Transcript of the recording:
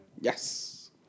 Yes